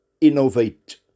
innovate